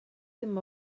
ddim